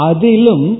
Adilum